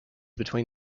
between